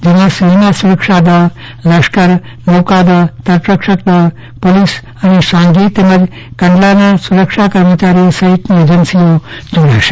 જેમાં સીમાસુરક્ષા દળ લશ્કર નોકાદળ તટરક્ષક દળ પોલીસ અને સાંઘી તેમજ કંડલાના સુરક્ષા કર્મચારીઓ સહિતની યોજનાઓ જોડાશે